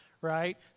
right